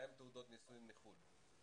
מה עם תעודות נישואים מחו"ל?